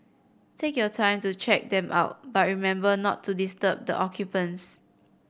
take your time to check them out but remember not to disturb the occupants